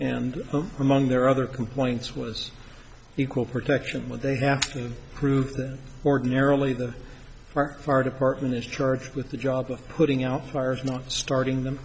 among their other complaints was equal protection would they have to prove that ordinarily the are our department is charged with the job of putting out fires not starting